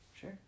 Sure